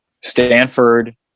stanford